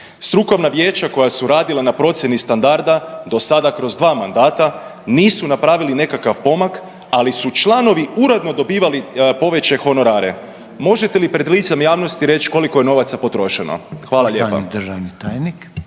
Strukovna vijeća koja su radila na procjeni standarda do sada kroz dva mandata nisu napravili nekakav pomak, ali su članovi uredno dobivali poveće honorare. Možete li pred licem javnosti reć koliko je novaca potrošeno? Hvala lijepa.